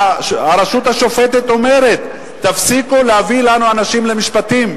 והרשות השופטת אומרת: תפסיקו להביא לנו אנשים למשפטים.